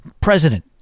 president